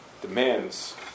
demands